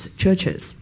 churches